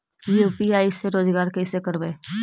UPI से रोजगार कैसे करबय?